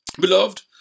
Beloved